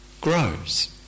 grows